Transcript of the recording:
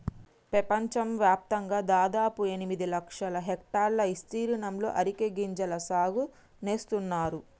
పెపంచవ్యాప్తంగా దాదాపు ఎనిమిది లక్షల హెక్టర్ల ఇస్తీర్ణంలో అరికె గింజల సాగు నేస్తున్నారు